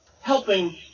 helping